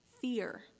fear